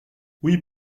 oui